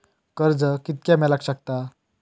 कर्ज कितक्या मेलाक शकता?